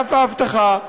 בענף האבטחה,